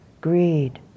greed